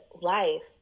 life